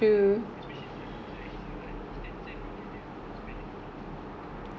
because right especially these aunties right I see some of the aunties ten cent already they don't want to spend extra